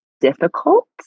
difficult